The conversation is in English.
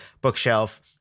Bookshelf